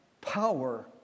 power